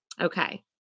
Okay